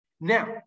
Now